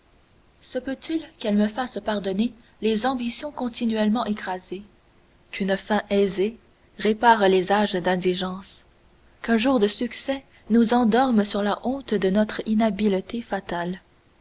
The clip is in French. se peut-il qu'elle me fasse pardonner les ambitions continuellement écrasées qu'une fin aisée répare les âges d'indigence qu'un jour de succès nous endorme sur la honte de notre inhabileté fatale